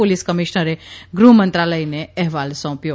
police કમિશ્નરે ગૃહમંત્રાલયને અહેવાલ સોપ્યોં